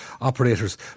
operators